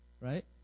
Right